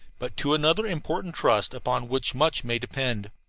but to another important trust, upon which much may depend.